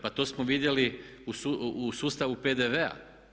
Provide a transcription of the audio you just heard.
Pa to smo vidjeli u sustavu PDV-a.